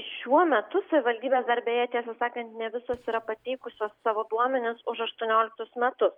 šiuo metu savivaldybės darbe tiesą sakant ne visos yra pateikusios savo duomenis už aštuonioliktus metus